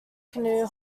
canoe